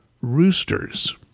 roosters